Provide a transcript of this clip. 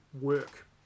work